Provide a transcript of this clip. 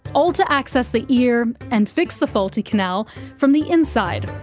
all to access the ear and fix the faulty canal from the inside.